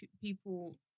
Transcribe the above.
people